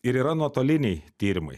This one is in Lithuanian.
ir yra nuotoliniai tyrimai